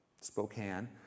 Spokane